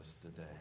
today